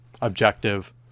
objective